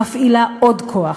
מפעילה עוד כוח.